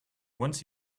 once